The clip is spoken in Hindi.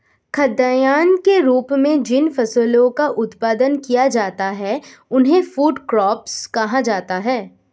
खाद्यान्न के रूप में जिन फसलों का उत्पादन किया जाता है उन्हें फूड क्रॉप्स कहा जाता है